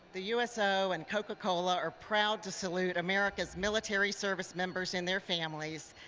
the uso and coca-cola are proud to salute america's military service members and their families.